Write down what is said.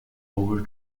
over